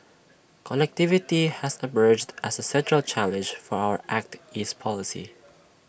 connectivity has emerged as A central challenge for our act east policy